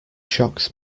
shocks